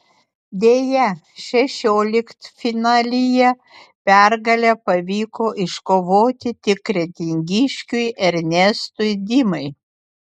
deja šešioliktfinalyje pergalę pavyko iškovoti tik kretingiškiui ernestui dimai